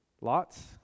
Lots